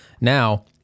Now